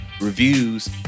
reviews